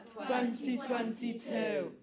2022